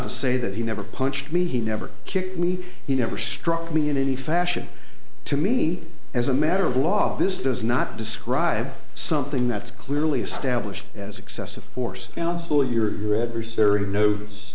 to say that he never punched me he never kicked me he never struck me in any fashion to me as a matter of law this does not describe something that's clearly established as excessive force counsel your adversary no